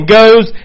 goes